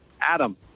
Adam